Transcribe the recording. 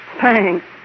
Thanks